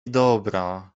dobra